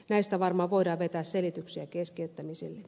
näistä varmaan voidaan vetää selityksiä keskeyttämisille